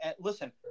Listen